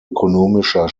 ökonomischer